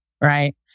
Right